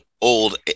old